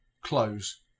Close